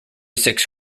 six